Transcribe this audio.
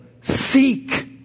seek